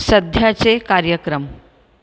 सध्याचे कार्यक्रम